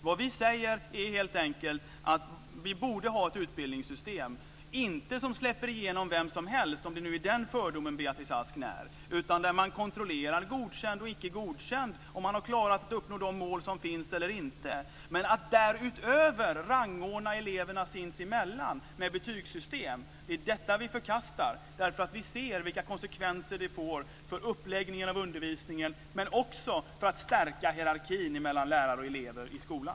Vad vi säger är helt enkelt att vi borde ha ett utbildningssystem där man inte släpper igenom vem som helst, om det nu är den fördomen Beatrice Ask när, utan där man kontrollerar Godkänd och Icke godkänd och om man har klarat att uppnå de mål som finns eller inte. Men att därutöver rangordna eleverna sinsemellan med betygssystem är något som vi förkastar. Vi ser vilka konsekvenser det får för uppläggningen av undervisningen och också för att stärka hierarkin mellan lärare och elever i skolan.